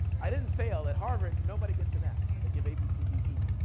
i didn't fail. at harvard, nobody gets an f. they give a, b, c, d, e.